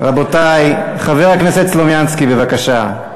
רבותי, חבר הכנסת סלומינסקי, בבקשה.